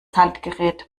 handgerät